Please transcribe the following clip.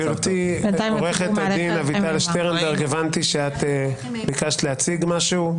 גברתי עו"ד שטרנברג, הבנתי שביקשת להציג משהו,